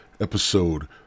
episode